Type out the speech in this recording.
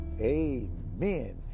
Amen